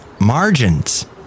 margins